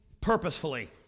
purposefully